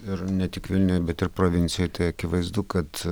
ir ne tik vilniuje bet ir provincijoj tai akivaizdu kad